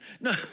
No